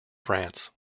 france